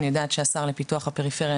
אני יודעת שהשר לפיתוח הפריפריה,